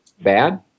bad